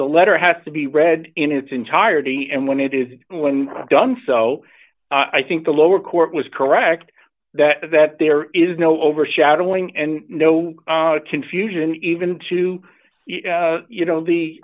the letter has to be read in its entirety and when it is done so i think the lower court was correct that that there is no overshadowing and no confusion even to you know the